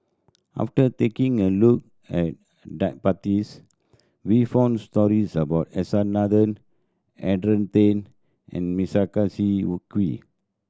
after taking a look at database we found stories about S R Nathan Adrian Tan and Melissa Kwee